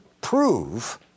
prove